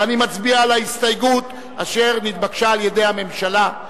ואני מצביע על ההסתייגות אשר נתבקשה על-ידי הממשלה.